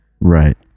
Right